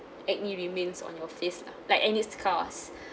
acne remains on your face lah like any scars